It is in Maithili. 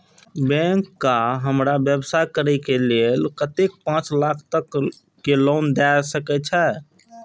बैंक का हमरा व्यवसाय करें के लेल कतेक पाँच लाख तक के लोन दाय सके छे?